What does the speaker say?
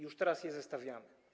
Już teraz je zestawiamy.